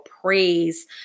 praise